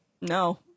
No